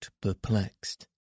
perplexed